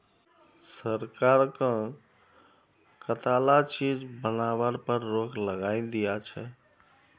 सरकार कं कताला चीज बनावार पर रोक लगइं दिया छे